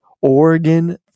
Oregon